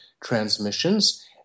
transmissions